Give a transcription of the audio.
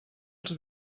els